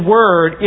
Word